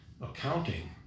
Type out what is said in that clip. accounting